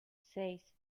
seis